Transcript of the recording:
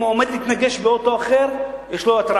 אם הוא עומד להתנגש באוטו אחר, יש לו התרעה.